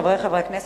חברי חברי הכנסת,